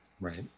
Right